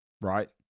right